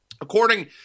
according